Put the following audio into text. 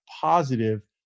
positive